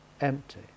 empty